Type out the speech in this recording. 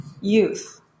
youth